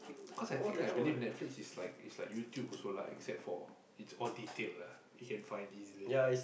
cause I think I believe Netflix is like is like YouTube also lah except for it's all detailed lah you can find easily